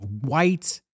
white